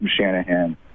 Shanahan